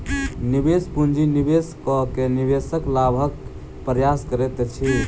निवेश पूंजी निवेश कअ के निवेशक लाभक प्रयास करैत अछि